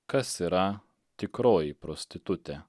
kas yra tikroji prostitutė